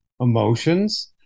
emotions